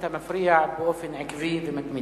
אתה מפריע באופן עקבי ומתמיד,